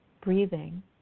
breathing